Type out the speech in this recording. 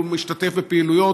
הוא משתתף בפעילויות,